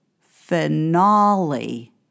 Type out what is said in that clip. finale